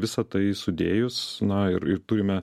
visa tai sudėjus na ir ir turime